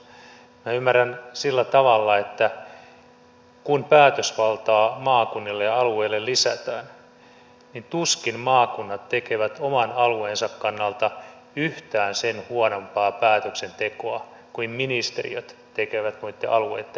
minä ymmärrän sillä tavalla että kun päätösvaltaa maakunnille ja alueille lisätään niin tuskin maakunnat tekevät oman alueensa kannalta yhtään sen huonompaa päätöksentekoa kuin ministeriöt tekevät noitten alueitten kannalta